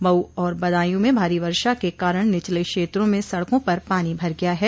मऊ और बदायूं में भारी वर्षा के कारण निचले क्षेत्रों में सड़कों पर पानी भर गया है